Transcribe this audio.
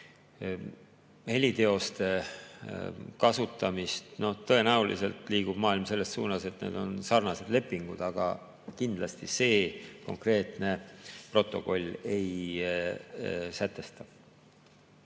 Heliteoste kasutamine, noh, tõenäoliselt liigub maailm selles suunas, et need on sarnased lepingud, aga kindlasti see konkreetne protokoll ei sätesta